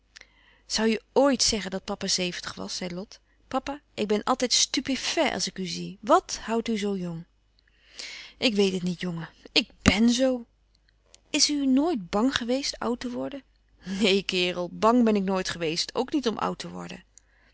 zoû je ooit zeggen dat papa zeventig was zei lot papa ik ben louis couperus van oude menschen de dingen die voorbij gaan altijd stupéfait als ik u zie wàt houdt u zoo jong ik weet het niet jongen ik bèn zoo is u nooit bang geweest oud te worden neen kerel bang ben ik nooit geweest ook niet om oud te worden